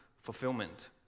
fulfillment